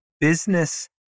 business